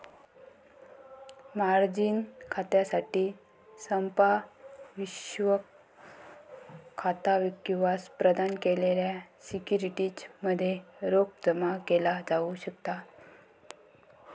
margin खात्यासाठी संपार्श्विक खाता किंवा प्रदान केलेल्या सिक्युरिटीज मध्ये रोख जमा केला जाऊ शकता